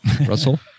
Russell